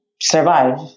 survive